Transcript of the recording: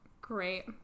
Great